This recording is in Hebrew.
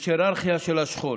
יש היררכיה של השכול.